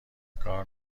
کار